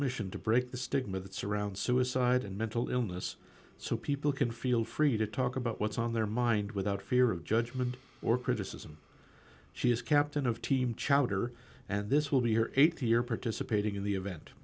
mission to break the stigma that surrounds suicide and mental illness so people can feel free to talk about what's on their mind without fear of judgment or criticism she is captain of team chowder and this will be her eight year participating in the event